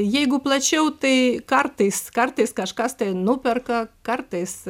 jeigu plačiau tai kartais kartais kažkas tai nuperka kartais